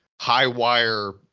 high-wire